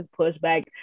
pushback